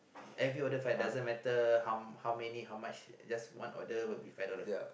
every order five doesn't matter how how many how much just one order will be five dollar